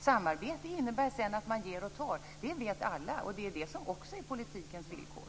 Samarbete innebär sedan att man ger och tar. Det vet alla, och det är det som också är politikens villkor.